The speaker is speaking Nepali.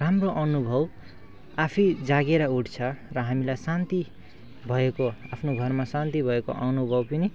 राम्रो अनुभव आफै जागेर उठ्छ र हामीलाई शान्ति भएको आफ्नो घरमा शान्ति भएको अनुभव पनि